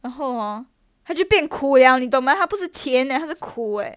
然后 hor 它就变苦了你懂吗它不是甜嘞它是苦 eh